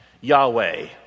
Yahweh